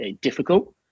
difficult